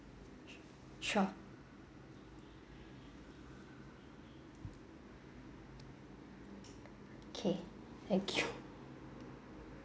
sure okay thank you